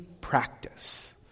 practice